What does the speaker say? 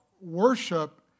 worship